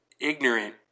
ignorant